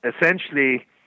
essentially